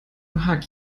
hug